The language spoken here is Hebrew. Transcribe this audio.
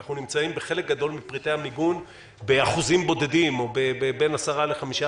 אנחנו נמצאים בחלק גדול מפריטי המיגון באחוזים בודדים או בין 10% ל-15%.